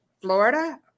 Florida